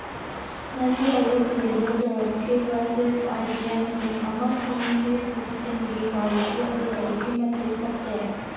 ꯉꯁꯤ ꯑꯌꯨꯛ ꯗꯤꯂꯤꯚꯔ ꯇꯧꯔꯛꯈꯤꯕ ꯆꯤꯁ ꯑꯥꯏꯇꯦꯝꯁꯤꯡ ꯑꯃꯁꯨꯡ ꯁꯤ ꯐꯨꯗꯁꯤꯡꯒꯤ ꯀ꯭ꯋꯥꯂꯤꯇꯤ ꯑꯗꯨ ꯑꯗꯨꯛꯀꯤ ꯃꯇꯤꯛ ꯐꯠꯇꯦ